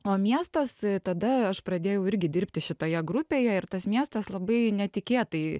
o miestas tada aš pradėjau irgi dirbti šitoje grupėje ir tas miestas labai netikėtai